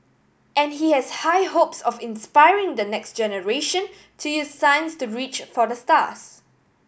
and he has high hopes of inspiring the next generation to use science to reach for the stars